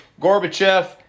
Gorbachev